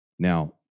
Now